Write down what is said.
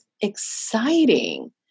exciting